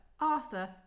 Arthur